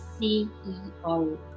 CEO